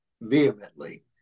vehemently